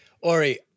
Ori